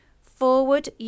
forward